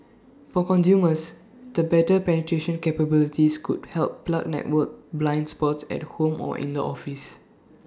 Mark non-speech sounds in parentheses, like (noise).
(noise) for consumers the better penetration capabilities could help plug network blind spots at home or (noise) in the office (noise)